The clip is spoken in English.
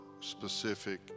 specific